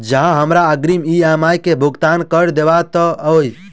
जँ हमरा अग्रिम ई.एम.आई केँ भुगतान करऽ देब तऽ कऽ होइ?